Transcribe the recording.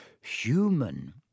human